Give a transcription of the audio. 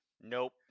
Nope